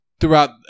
throughout